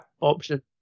option